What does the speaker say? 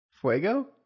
Fuego